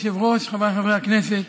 גברתי היושבת-ראש, חבריי חברי הכנסת,